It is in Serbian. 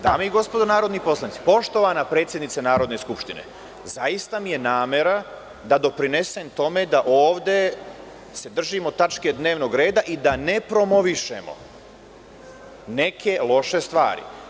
Dame i gospodo narodni poslanici, poštovana predsednice Narodne skupštine, zaista mi je namera da doprinesem tome da ovde se držimo tačke dnevnog reda i da ne promovišemo neke loše stvari.